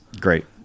Great